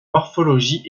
morphologie